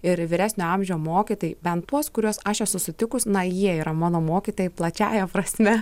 ir vyresnio amžio mokytojai bent tuos kuriuos aš esu sutikus na jie yra mano mokytojai plačiąja prasme